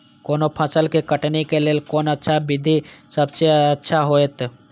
कोनो फसल के कटनी के लेल कोन अच्छा विधि सबसँ अच्छा होयत?